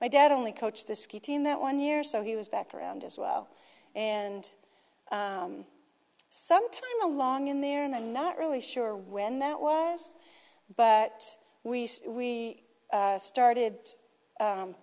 my dad only coached the ski team that one year so he was back around as well and some time along in there and i'm not really sure when that was but we we started